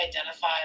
identify